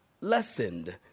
lessened